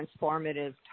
transformative